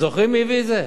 זוכרים מי הביא את זה?